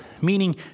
meaning